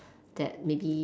that maybe